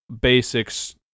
basics